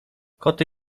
koty